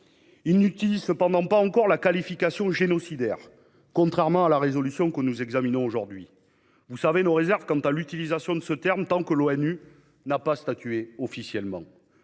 Il n'utilise cependant pas encore le qualificatif « génocidaire », contrairement à la résolution que nous examinons aujourd'hui. Vous connaissez nos réserves quant à l'utilisation de ce terme tant que l'ONU n'a pas statué officiellement.